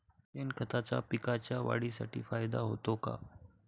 शेणखताचा पिकांच्या वाढीसाठी फायदा होतो का?